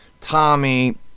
Tommy